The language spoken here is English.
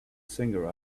singer